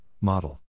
model